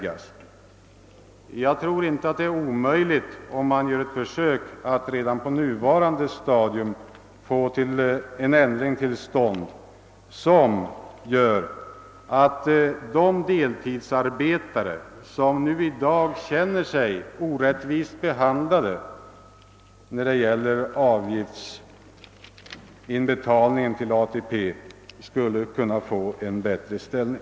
Jag tror inte att det är omöjligt att redan på nuvarande stadium få en ändring till stånd så att de deltidsarbetare, som nu känner sig orättvist behandlade i fråga om avgiftsinbetalning till ATP, skulle få en bättre ställning.